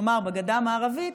כלומר בגדה המערבית,